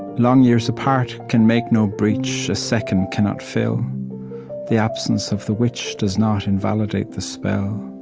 long years apart can make no breach a second cannot fill the absence of the witch does not invalidate the spell